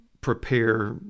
prepare